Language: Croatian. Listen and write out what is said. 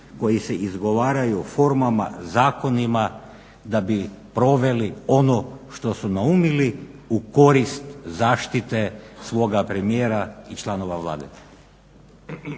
koji se izgovaraju o formama, zakonima da bi proveli ono što su naumili u korist zaštite svoja premijera i članova Vlade.